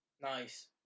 Nice